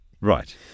right